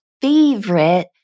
favorite